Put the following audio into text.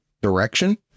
direction